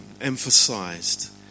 emphasized